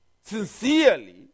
sincerely